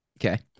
Okay